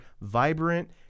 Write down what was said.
vibrant